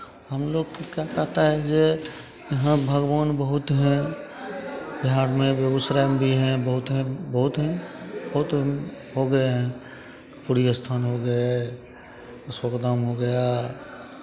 हम लोग क्या कहता है ये यहाँ भगवान बहुत हैं बिहार में बेगूसराय में भी हैं बहुत हैं बहुत हैं बहुत हो गए हैं कर्पूरी स्थान हो गए अशोक धाम हो गया